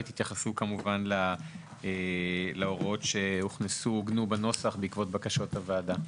ותתייחסו להוראות שעוגנו בנוסח בעקבות בקשות הוועדה.